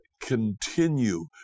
continue